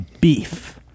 beef